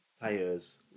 players